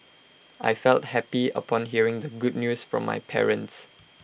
I felt happy upon hearing the good news from my parents